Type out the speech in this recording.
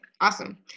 awesome